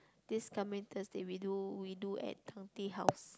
this coming Thursday we do we do at Tang-Tea-House